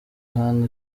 ahana